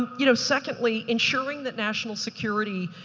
you know. secondly, ensuring that national security,